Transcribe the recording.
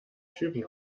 typen